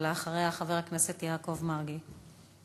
ואחריה חבר הכנסת יעקב מרגי.